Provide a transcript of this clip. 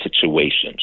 situations